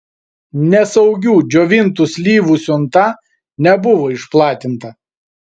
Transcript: nesaugių džiovintų slyvų siunta nebuvo išplatinta